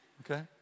okay